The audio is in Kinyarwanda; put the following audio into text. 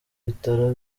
bitaro